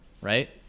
right